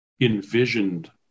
envisioned